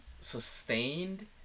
sustained